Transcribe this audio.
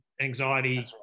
anxiety